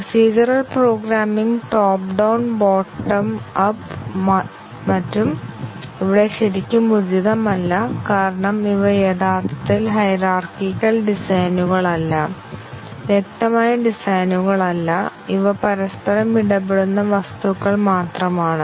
procedural programming top down bottom up മറ്റും ഇവിടെ ശരിക്കും ഉചിതമല്ല കാരണം ഇവ യഥാർത്ഥത്തിൽ ഹൈരാർകിക്കൽ ഡിസൈനുകളല്ല വ്യക്തമായ ഡിസൈനുകൾ അല്ല ഇവ പരസ്പരം ഇടപെടുന്ന വസ്തുക്കൾ മാത്രമാണ്